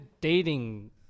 dating